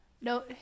no